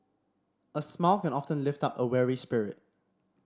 a smile can often lift up a weary spirit